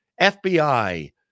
FBI